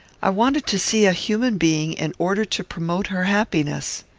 i wanted to see a human being, in order to promote her happiness.